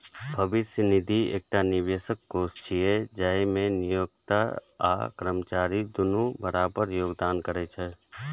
भविष्य निधि एकटा निवेश कोष छियै, जाहि मे नियोक्ता आ कर्मचारी दुनू बराबर योगदान करै छै